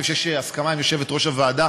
אני חושב שיש הסכמה עם יושבת-ראש הוועדה